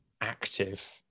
active